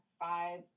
five